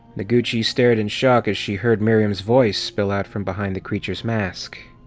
noguchi stared in shock as she heard miriam's voice spill out from behind the creature's mask.